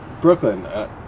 Brooklyn